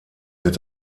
wird